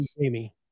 Jamie